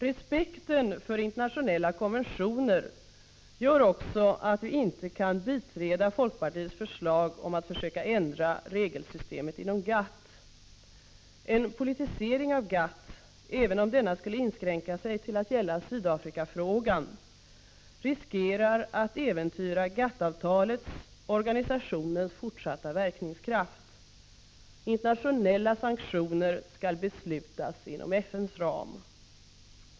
Respekten för internationella konventioner gör också att vi inte kan biträda folkpartiets förslag om att försöka ändra regelsystemet inom GATT. En politisering av GATT, även om denna skulle inskränka sig till att gälla Sydafrikafrågan, riskerar att äventyra GATT-avtalets och organisationens fortsatta verkningskraft. Internationella sanktioner skall beslutas inom FN:s ram.